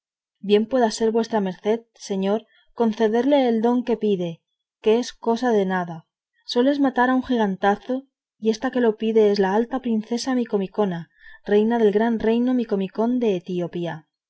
bien puede vuestra merced señor concederle el don que pide que no es cosa de nada sólo es matar a un gigantazo y esta que lo pide es la alta princesa micomicona reina del gran reino micomicón de etiopía